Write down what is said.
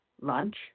lunch